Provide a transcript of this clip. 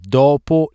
dopo